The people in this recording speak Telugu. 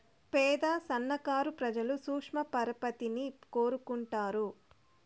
పేద సన్నకారు ప్రజలు సూక్ష్మ పరపతిని కోరుకుంటారు